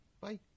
Bye